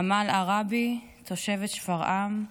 אמל עראבי, תושבת שפרעם,